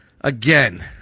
again